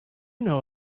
know